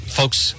folks